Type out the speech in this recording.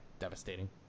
devastating